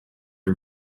are